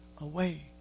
away